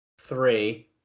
three